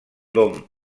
dom